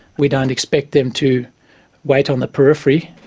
we don't expect them to wait on the periphery.